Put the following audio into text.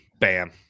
bam